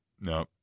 No